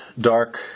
dark